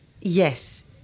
yes